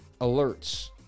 alerts